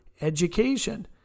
education